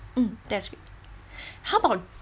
mm that's great how about